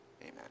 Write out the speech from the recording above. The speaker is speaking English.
Amen